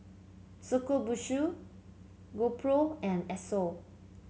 Shokubutsu GoPro and Esso